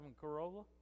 Corolla